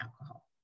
alcohol